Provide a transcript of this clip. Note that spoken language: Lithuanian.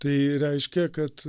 tai reiškia kad